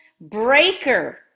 breaker